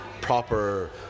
proper